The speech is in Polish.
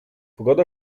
pogoda